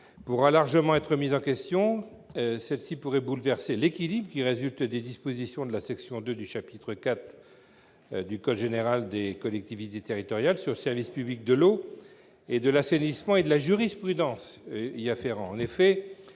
pourra largement être remise en question. Ensuite, elle pourrait bouleverser l'équilibre qui résulte des dispositions de la section 2 du chapitre IV du titre II du livre II du code général des collectivités territoriales sur le service public de l'eau et de l'assainissement et de la jurisprudence y afférent.